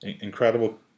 incredible